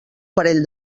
parell